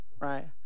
Right